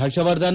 ಪರ್ಷವರ್ಧನ್